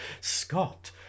Scott